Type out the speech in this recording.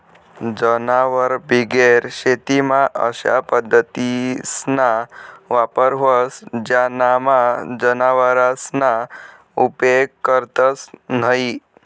जनावरबिगेर शेतीमा अशा पद्धतीसना वापर व्हस ज्यानामा जनावरसना उपेग करतंस न्हयी